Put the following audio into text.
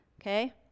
Okay